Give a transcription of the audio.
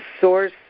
source